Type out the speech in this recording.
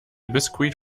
biscuit